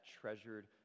treasured